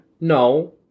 No